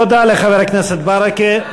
תודה לחבר הכנסת ברכה.